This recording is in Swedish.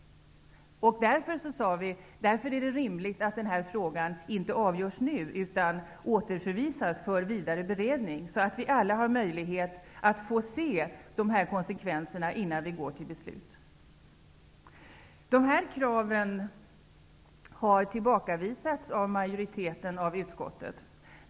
Därför sade vi att det är rimligt att den här frågan inte avgörs nu, utan återförvisas för vidare beredning. Då har vi alla möjlighet att få se dessa konsekvenser innan vi går till beslut. Dessa krav har tillbakavisats av majoriteten i utskottet.